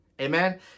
Amen